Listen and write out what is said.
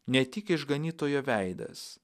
ne tik išganytojo veidas